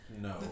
No